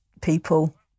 people